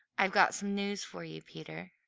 i've got some news for you, peter,